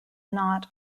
knot